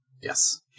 Yes